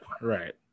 right